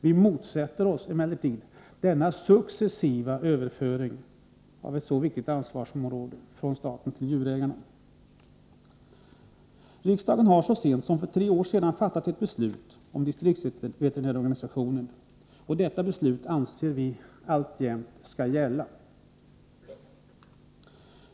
Vi motsätter oss emellertid denna successiva överföring från staten till djurägarna av ett så viktigt ansvarsområde. Riksdagen har så sent som för tre år sedan fattat ett beslut om distriktsveterinärsorganisationen, och detta beslut anser vi alltjämt skall gälla.